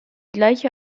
gleiche